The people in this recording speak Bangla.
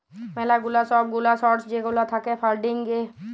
ম্যালা গুলা সব গুলা সর্স যেগুলা থাক্যে ফান্ডিং এ